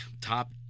top